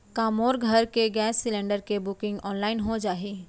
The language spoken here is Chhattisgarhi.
का मोर घर के गैस सिलेंडर के बुकिंग ऑनलाइन हो जाही?